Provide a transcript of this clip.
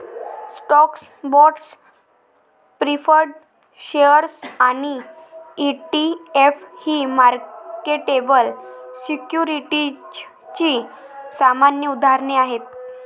stocks, bonds, preferred shares आणि ETF ही marketable सिक्युरिटीजची सामान्य उदाहरणे आहेत